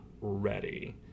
ready